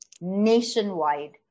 nationwide